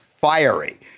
fiery